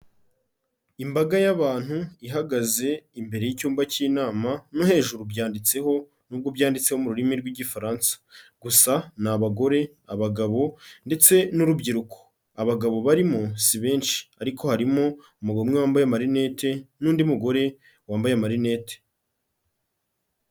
Imbaga y'abantu ihagaze imbere y'icyumba cy'inama, no hejuru byanditseho nubwo byanditse mu rurimi rw'igifaransa, gusa ni abagore, abagabo, ndetse n'urubyiruko, abagabo barimo si benshi, ariko harimo umugabo umwe wambaye amarinete, n'undi mugore wambaye amarinete.